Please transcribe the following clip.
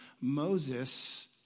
Moses